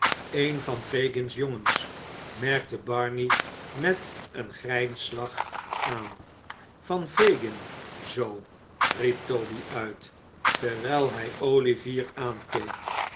een van fagin's jongens merkte barney met een grijnslach aan van fagin zoo riep toby uit terwijl hij olivier aankeek